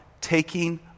taking